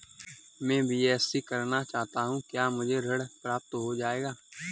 मैं बीएससी करना चाहता हूँ क्या मुझे ऋण प्राप्त हो जाएगा?